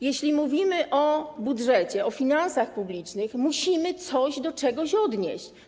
Jeśli mówimy o budżecie, o finansach publicznych, musimy coś do czegoś odnieść.